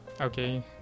Okay